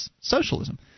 socialism